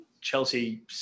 Chelsea